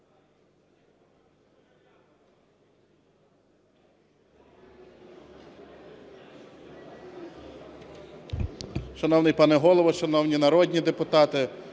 Шановний пане Голово, шановні народні депутати!